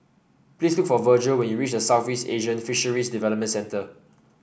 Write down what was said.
please look for Virgel when you reach Southeast Asian Fisheries Development Centre